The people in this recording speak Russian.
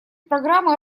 программы